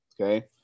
Okay